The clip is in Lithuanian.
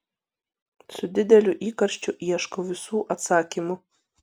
su dideliu įkarščiu ieškau visų atsakymų